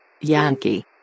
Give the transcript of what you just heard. Yankee